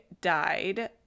died